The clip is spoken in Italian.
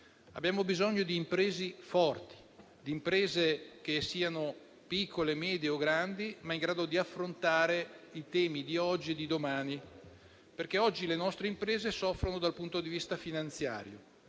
Abbiamo bisogno di imprese forti, che siano piccole, medie o grandi, ma in grado di affrontare i temi di oggi e di domani. Oggi, infatti, le nostre imprese soffrono dal punto di vista finanziario